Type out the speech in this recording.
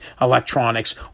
electronics